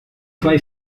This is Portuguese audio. vai